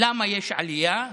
למה יש עלייה?